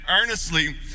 earnestly